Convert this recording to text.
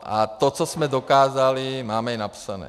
A to, co jsme dokázali, máme i napsané.